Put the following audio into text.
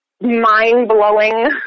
mind-blowing